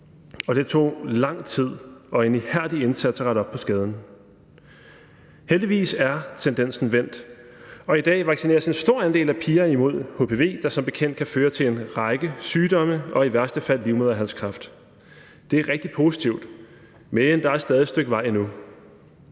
og det tog lang tid og krævede en ihærdig indsats at rette op på skaden. Heldigvis er tendensen vendt, og i dag vaccineres en stor andel af piger imod hpv, der som bekendt kan føre til en række sygdomme og i værste fald livmoderhalskræft. Det er rigtig positivt. Men der er stadig et stykke vej endnu.